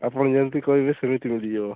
ଆପଣ ଯେମିତି କହିବେ ସେମିତି ମିଳିଯିବ